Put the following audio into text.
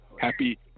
Happy